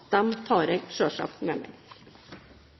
tar jeg selvsagt med